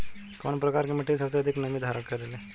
कउन प्रकार के मिट्टी सबसे अधिक नमी धारण करे ले?